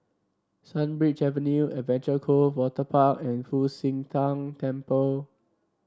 Sunbird Avenue Adventure Cove Waterpark and Fu Xi Tang Temple